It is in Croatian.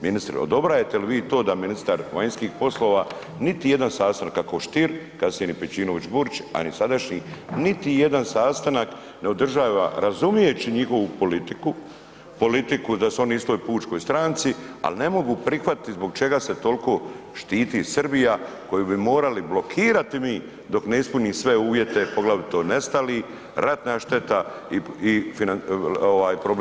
Ministre, odobrajete li vi to da ministar vanjskih poslova niti jedan sastanak, kako Stier, kasnije ni Pejčinović-Burić, a ni sadašnji, niti jedan sastanak ne održava razumijeći njihovu politiku, politiku da su oni u istoj Pučkoj stranci, al ne mogu prihvatiti zbog čega se tolko štiti Srbija koju bi morali blokirati mi dok ne ispuni sve uvjete poglavito nestali, ratna šteta i problem sa logorašima.